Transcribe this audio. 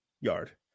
yard